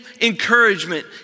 encouragement